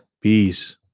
Peace